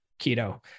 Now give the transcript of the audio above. keto